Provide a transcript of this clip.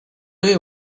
you